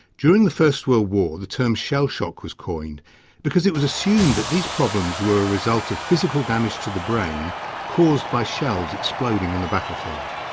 during the first world war the term shell shock was coined because it was assumed that these problems were a result of physical damage to the brain caused by shells exploding on the battlefield.